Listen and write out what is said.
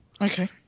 Okay